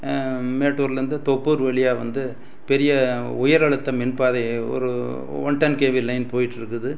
மேட்டூரில் இருந்து தொப்பூர் வழியா வந்து பெரிய உயரழுத்தம் மின்பாதை ஒரு ஒன் டன் கேவி லைன் போய்கிட்டு இருக்குது